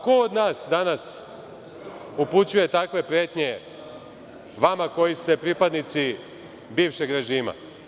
Ko od nas danas upućuje takve pretnje vama koji ste pripadnici bivšeg režima?